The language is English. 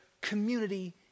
community